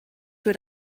für